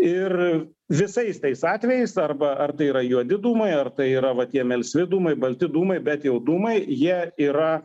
ir visais tais atvejais arba ar tai yra juodi dūmai ar tai yra va tie melsvi dūmai balti dūmai bet jau dūmai jie yra